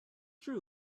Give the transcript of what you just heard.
true